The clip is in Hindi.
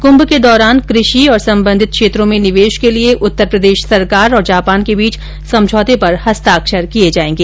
कृंभ के दौरान कृषि और संबंधित क्षेत्रों में निवेश के लिए उत्तरप्रदेश सरकार और जापान के बीच समझौते पर हस्ताक्षर किये जाएंगे